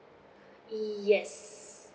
yes